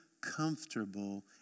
comfortable